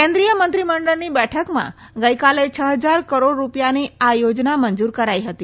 કેન્દ્રીય મંત્રીમંડળની બેઠકમાં ગઇકાલે છ ફજાર કરોડ રૂપિયાની આ યોજના મંજુર કરાઇ હતી